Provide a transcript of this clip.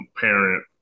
parent